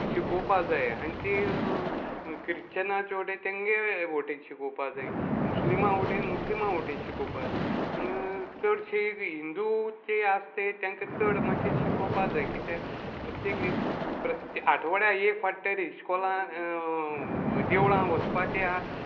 शिकोवपा जाय आनी ती क्रिश्चनाचे वटेन तेंगे वटेन शिकोवपा जाय मुस्लिमा वटेन मुस्लिमा वटेन शिकोवपा जाय पूण चडशे हिंदू जे आसा तेंका चड मातशें शिकोवपा जाय कित्याक प्रत्येक प्रत्येक आठवड्या एक फाटीं तरी इश्कोला देवळां वचपाची